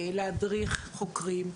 להדריך חוקרים,